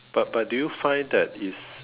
but but do you find that is